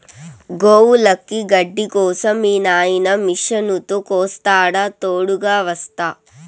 గోవులకి గడ్డి కోసం మీ నాయిన మిషనుతో కోస్తాడా తోడుగ వస్తా